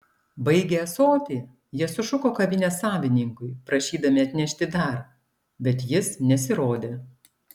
baigę ąsotį jie sušuko kavinės savininkui prašydami atnešti dar bet jis nesirodė